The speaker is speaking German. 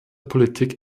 politik